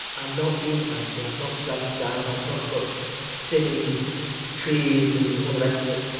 i'm not being flashy. i've not dug down. i've not got spinning trees and all the rest of it.